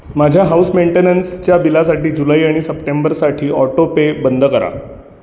माझ्या हाउस मेंटेनन्सच्या बिलासाठी जुलै आणि सप्टेंबरसाठी ऑटोपे बंद करा